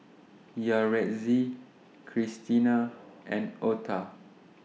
Yaretzi Cristina and Otha